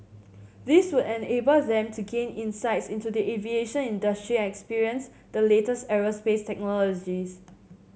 this would enable them to gain insights into the aviation industry and experience the latest aerospace technologies